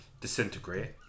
disintegrate